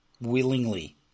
willingly